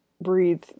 breathe